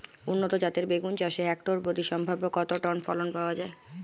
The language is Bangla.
উন্নত জাতের বেগুন চাষে হেক্টর প্রতি সম্ভাব্য কত টন ফলন পাওয়া যায়?